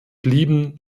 blieben